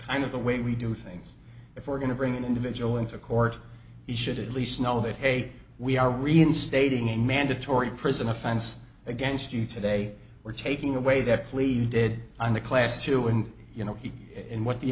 kind of the way we do things if we're going to bring an individual into court he should at least know that hey we are reinstating in my mandatory prison offense against you today we're taking away that pleaded on the class two and you know he and what the